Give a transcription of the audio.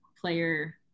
player